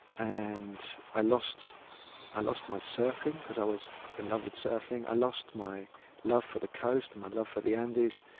and i lost i lost my surfing, because i was in love with surfing. i lost my love for the coast and my love for the andes.